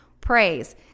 praise